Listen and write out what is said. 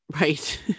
Right